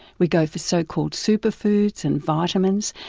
we go for so-called superfoods and vitamins,